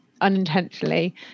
unintentionally